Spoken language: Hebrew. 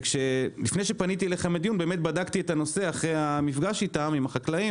לפני שפניתי אליכם לדיון באמת בדקתי את הנושא אחרי המפגש עם החקלאים